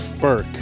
Burke